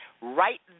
right